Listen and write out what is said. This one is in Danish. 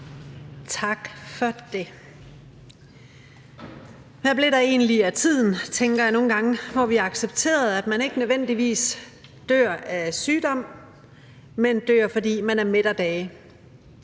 Tak for det. Hvad blev der egentlig af tiden, tænker jeg nogle gange, hvor vi accepterede, at man ikke nødvendigvis dør af sygdom, men dør, fordi man er mæt af dage?